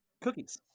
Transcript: cookies